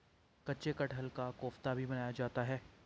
कच्चे कटहल का कोफ्ता भी बनाया जाता है